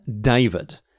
david